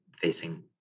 facing